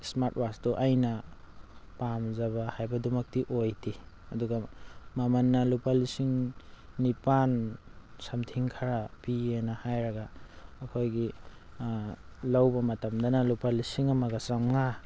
smart ꯋꯥꯠꯆꯇꯣ ꯑꯩꯅ ꯄꯥꯝꯖꯕ ꯍꯥꯏꯕꯗꯨꯃꯛꯇꯤ ꯑꯣꯏꯗꯦ ꯑꯗꯨꯒ ꯃꯃꯟꯅ ꯂꯨꯄꯥ ꯂꯤꯁꯤꯡ ꯅꯤꯄꯥꯟ ꯁꯝꯊꯤꯡ ꯈꯔ ꯄꯤꯌꯦꯅ ꯍꯥꯏꯔꯒ ꯑꯩꯈꯣꯏꯒꯤ ꯂꯧꯕ ꯃꯇꯝꯗꯅ ꯂꯨꯄꯥ ꯂꯤꯁꯤꯡ ꯑꯃꯒ ꯆꯥꯝꯃꯉꯥ